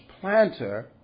planter